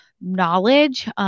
knowledge